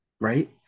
Right